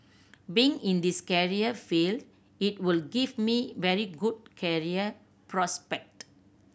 being in this career field it would give me very good career prospect